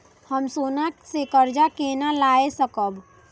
हम सोना से कर्जा केना लाय सकब?